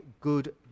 good